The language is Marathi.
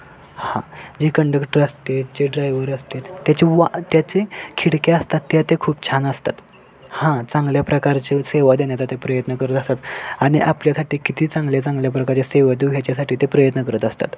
हां जे कंडगटर असतात जे ड्रायव्हर असतात त्याच्या वा त्याच्या खिडक्या असतात त्या ते खूप छान असतात हां चांगल्या प्रकारचं सेवा देण्याचा ते प्रयत्न करत असतात आणि आपल्यासाठी किती चांगल्या चांगल्या प्रकारे सेवा देऊ ह्याच्यासाठी ते प्रयत्न करत असतात